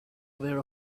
aware